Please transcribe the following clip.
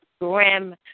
grim